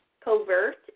covert